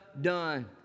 done